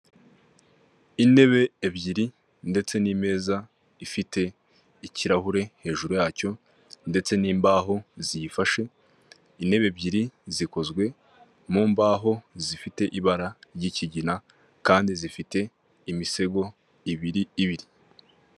Intebe ebyiri ndetse n’imeza ifite ikirahure hejuru yacyo, ndetse n’imbaho ziyifashe intebe ebyiri zikozwe mu mbaho zifite ibara ry'ikigina kandi zifite imisego ibiri ibiri.